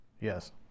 Yes